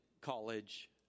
college